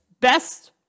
Best